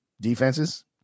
Defenses